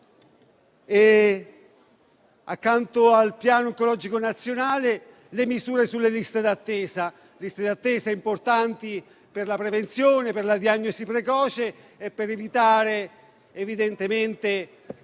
Accanto al piano oncologico nazionale, cito le misure sulle liste d'attesa, che sono importanti per la prevenzione e per la diagnosi precoce e per evitare che